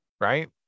right